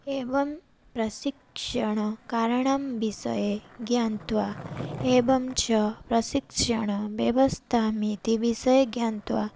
एवं प्रशिक्षणकारणं विषये ज्ञात्वा एवं च प्रशिक्षण व्यवस्थामिति विषये ज्ञात्वा